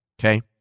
okay